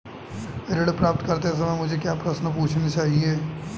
ऋण प्राप्त करते समय मुझे क्या प्रश्न पूछने चाहिए?